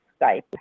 Skype